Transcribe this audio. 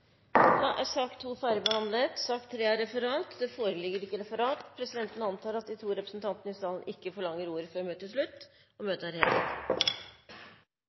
Da er sak nr. 2 ferdigbehandlet. Det foreligger ikke noe referat. Dermed er sakene på dagens kart ferdigbehandlet. Forlanger noen ordet før møtet heves? – Møtet er hevet.